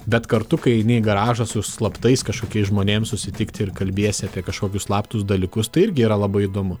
bet kartu kai eini į garažą su slaptais kažkokiais žmonėm susitikti ir kalbiesi apie kažkokius slaptus dalykus tai irgi yra labai įdomu